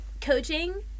coaching